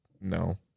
No